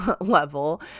level